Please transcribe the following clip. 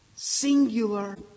Singular